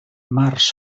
març